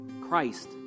christ